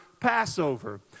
Passover